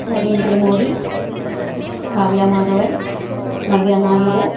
Narendra Modi Kavya Madhavan Navya Nair